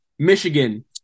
Michigan